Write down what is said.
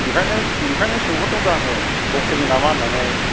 ओंखायनो ओंखायनो सोंहरदों ब्रा आङो लकेलनि नामा होननानै